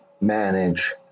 manage